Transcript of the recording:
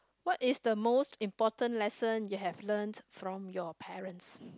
what is the most important lesson you have learnt from your parents